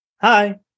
hi